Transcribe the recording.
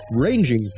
ranging